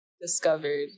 discovered